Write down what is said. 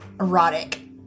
erotic